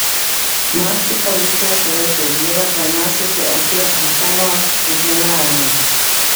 naktį policija sulaikė vyrą pranešusį apie achemos užminavimą